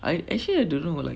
I actually I don't know like